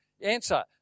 answer